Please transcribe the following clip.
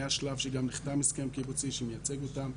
היה שלב שגם נחתם הסכם קיבוצי שמייצג אותם.